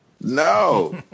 No